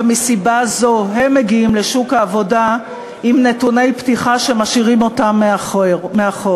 ומסיבה זו הן מגיעות לשוק העבודה עם נתוני פתיחה שמשאירים אותן מאחור.